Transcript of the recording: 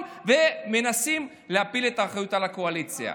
ומנסים להפיל את האחריות על האופוזיציה.